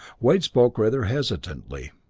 wade spoke rather hesitantly.